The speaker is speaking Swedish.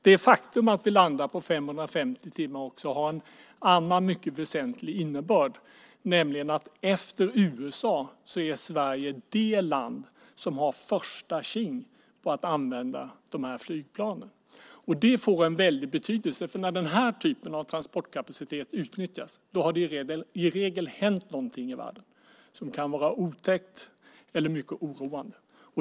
Det faktum att vi landar på 550 timmar har en annan mycket väsentlig innebörd, nämligen att efter USA är Sverige det land som har första tjing på att använda de här flygplanen. Det får en väldig betydelse. När den här typen av transportkapacitet utnyttjas har det i regel hänt någonting i världen som kan vara otäckt eller mycket oroande.